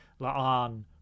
Laan